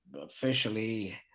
officially